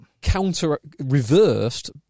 counter-reversed